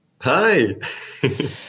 Hi